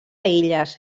illes